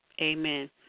Amen